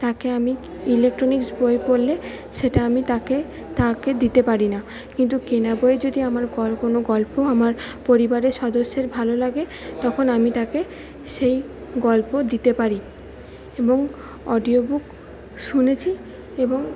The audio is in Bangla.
তাকে আমি ইলেকট্রনিক্স বই পড়লে সেটা আমি তাকে তাকে দিতে পারি না কিন্তু কেনা বইয়ে যদি আমার কোনো গল্প আমার পরিবারের সদস্যের ভালো লাগে তখন আমি তাকে সেই গল্প দিতে পারি এবং অডিও বুক শুনেছি এবং